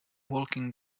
walking